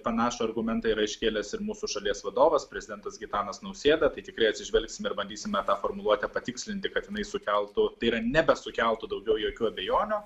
panašų argumentą yra iškėlęs ir mūsų šalies vadovas prezidentas gitanas nausėda tai tikrai atsižvelgsime ir bandysime tą formuluotę patikslinti kad jinai sukeltų tai yra nebesukeltų daugiau jokių abejonių